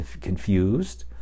confused